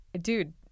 dude